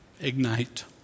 ignite